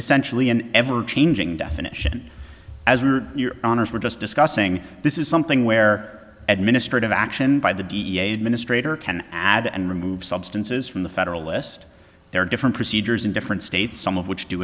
essentially an ever changing definition as your honour's we're just discussing this is something where administrative action by the d a administrators can add and remove substances from the federal list there are different procedures in different states some of which do